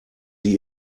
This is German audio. sie